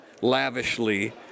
lavishly